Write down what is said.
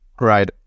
right